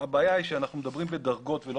הבעיה היא שכשאנחנו מדברים בדרגות ולא